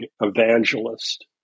evangelist